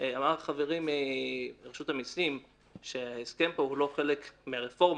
אמר חברי מרשות המסים שההסכם פה הוא לא חלק מהרפורמה,